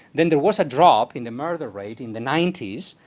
then there was a drop in the murder rate in the ninety s.